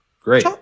Great